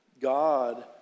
God